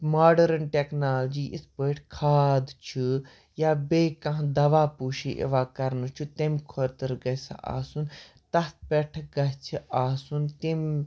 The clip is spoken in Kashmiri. ماڈٲرٕنۍ ٹیٚکنالجی یِتھ پٲٹھۍ کھاد چھِ یا بیٚیہِ کانٛہہ دَوا پوٗشی یِوان کَرنہٕ چھِ تمہِ خٲطرٕ گژھہِ آسُن تَتھ پٮ۪ٹھ گژھہِ آسُن تمہِ